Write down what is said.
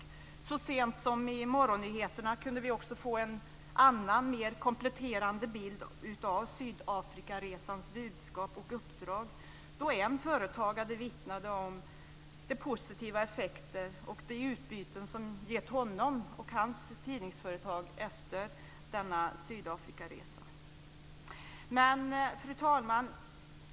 Så sent som i morgonnyheterna kunde vi få en annan mer kompletterande bild av Sydafrikaresans budskap och uppdrag då en företagare vittnade om de positiva effekter och de utbyten som denna Sydafrikaresa har gett honom och hans tidningsföretag. Fru talman!